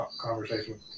conversation